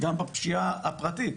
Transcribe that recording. גם בפשיעה הפרטית,